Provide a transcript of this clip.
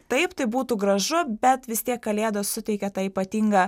taip tai būtų gražu bet vis tiek kalėdos suteikia tą ypatingą